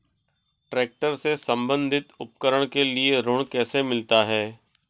Tractor से संबंधित उपकरण के लिए ऋण कैसे मिलता है?